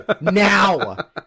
Now